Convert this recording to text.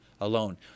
alone